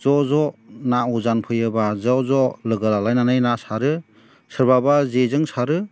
ज' ज' नाव जावफैयोब्ला ज' ज' लोगो लानानै ना सारो सोरबाबा जेजों सारो